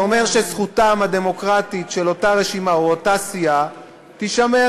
זה אומר שזכותה הדמוקרטית של אותה רשימה או אותה סיעה תישמר,